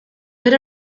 era